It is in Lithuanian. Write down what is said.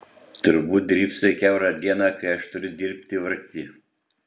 turbūt drybsai kiaurą dieną kai aš turiu dirbti vargti